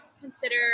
consider